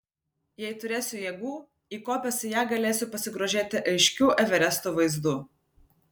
jei turėsiu jėgų įkopęs į ją galėsiu pasigrožėti aiškiu everesto vaizdu